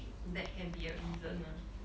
that can be a reason ah